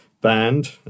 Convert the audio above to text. band